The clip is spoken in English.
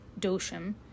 Dosham